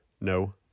no